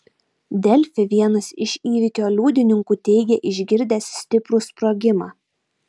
delfi vienas iš įvykio liudininkų teigė išgirdęs stiprų sprogimą